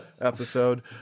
episode